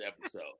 episode